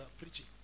preaching